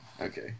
Okay